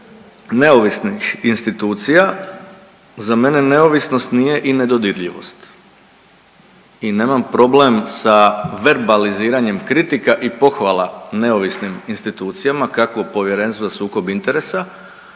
neovisnih institucija za mene neovisnog nije i nedodirljivost. I nema problem sa verbaliziranjem kritika i pohvala neovisnim institucijama kako Povjerenstvu za sukob interesa